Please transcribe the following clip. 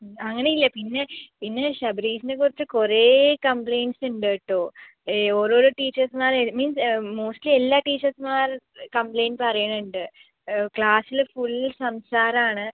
ഉം അങ്ങനെയില്ല പിന്നെ പിന്നെ ശബരീഷിനെക്കുറിച്ച് കുറെ കംപ്ലൈൻറ്റ്സ് ഇണ്ട് കേട്ടോ ഏ ഓരോരോ ടീച്ചേഴ്സ്മ്മാര് മീൻസ് മോസ്റ്റ്ലി എല്ലാ ടീച്ചേഴ്സ്മ്മാര് കംപ്ലൈൻറ്റ് പറയുന്നുണ്ട് ക്ലാസ്സില് ഫുള്ള് സംസാരാണ്